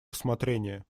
рассмотрения